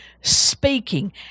speaking